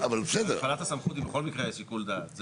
--- בהפעלת הסמכות היא בכל מקרה שיקול דעת.